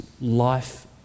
life